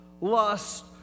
lust